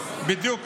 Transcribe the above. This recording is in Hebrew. בדיוק.